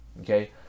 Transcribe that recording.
okay